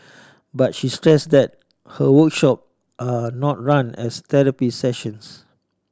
but she stressed that her workshop are not run as therapy sessions